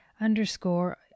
underscore